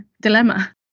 dilemma